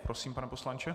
Prosím, pane poslanče.